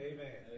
Amen